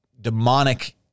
demonic